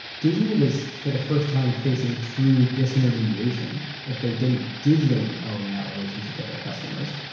disney was, for the first time, facing true discernmentation if they didn't digitally own that relationship with their customers.